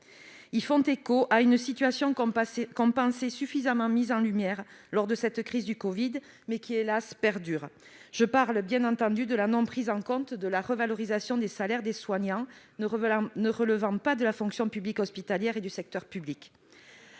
Ils font écho à une situation qu'on pensait suffisamment mise en lumière lors de cette crise du covid, mais qui hélas perdure ! Je parle, bien entendu, de la non-prise en compte de la revalorisation des salaires des soignants qui ne relèvent ni de la fonction publique hospitalière ni du secteur public.